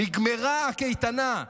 נגמרה הקייטנה.